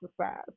exercise